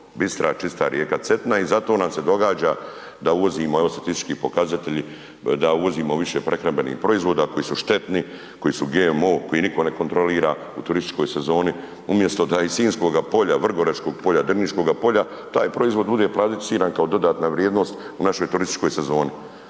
bistra, čista rijeka Cetina i zato nam se događa da uvozimo, evo statistički pokazatelji, da uvozimo više prehrambenih proizvoda koji su štetni, koji su GMO, koji nitko ne kontrolira u turističkoj sezoni. Umjesto da iz Sinjskoga polja, Vrgoračkog polja, Drniškoga polja taj proizvod bude plasiran kao dodatna vrijednost u našoj turističkoj sezoni.